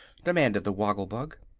demanded the woggle-bug.